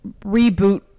reboot